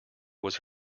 was